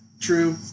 True